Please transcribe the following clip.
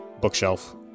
bookshelf